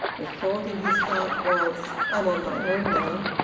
the thought in his heart was i'm on my own, now.